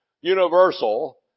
universal